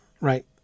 right